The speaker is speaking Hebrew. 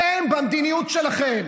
אתם, במדיניות שלכם.